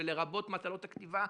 לרבות מטלות הכתיבה,